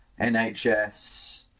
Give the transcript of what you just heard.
nhs